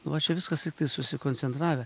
va čia viskas lygtai susikoncentravę